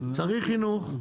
צריך חינוך.